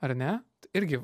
ar ne irgi